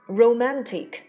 romantic